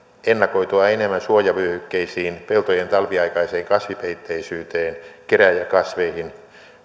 ennakoitua enemmän suojavyöhykkeisiin peltojen talviaikaiseen kasvipeitteisyyteen kerääjäkasveihin